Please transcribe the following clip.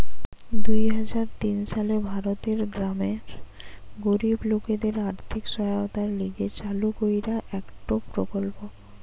দুই হাজার তিন সালে ভারতের গ্রামের গরিব লোকদের আর্থিক সহায়তার লিগে চালু কইরা একটো প্রকল্প